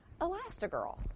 Elastigirl